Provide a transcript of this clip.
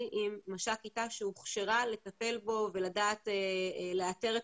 עם משק"ית תנאי שירות שהוכשרה לטפל בו ולדעת לאתר את